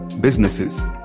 businesses